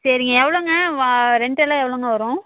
சரிங்க எவ்வளோங்க வா ரெண்டெல்லாம் எவ்வளோங்க வரும்